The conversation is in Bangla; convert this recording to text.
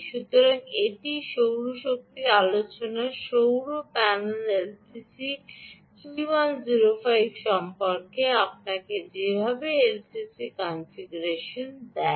সুতরাং এটি সৌর আলোচনার সৌর প্যানেল এলটিসি 3105 সম্পর্কে আপনাকে যেভাবে এলটিসি 3105 কনফিগার করতে হবে